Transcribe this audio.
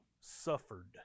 suffered